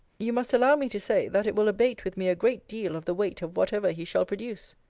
you must allow me to say, that it will abate with me a great deal of the weight of whatever he shall produce.